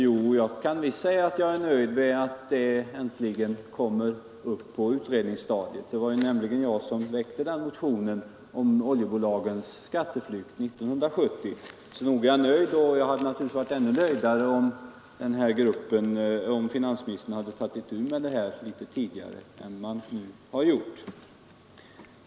Jo, jag kan visst säga att jag är nöjd med att den frågan äntligen kommer upp på utredningsstadiet. Det var nämligen jag som 1970 väckte motionen om oljebolagens skatteflykt. Så nog är jag nöjd. Men jag hade naturligtvis varit ännu nöjdare om finansministern hade tagit itu med denna fråga litet tidigare än han gjort.